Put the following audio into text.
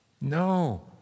No